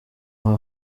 aha